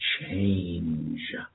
change